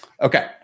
Okay